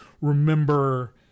remember